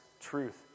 truth